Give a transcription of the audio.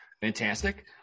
Fantastic